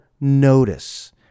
notice